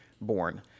born